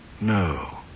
No